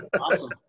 awesome